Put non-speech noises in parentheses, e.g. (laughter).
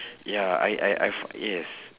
(breath) ya I I I (noise) yes